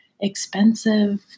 expensive